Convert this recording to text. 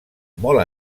molt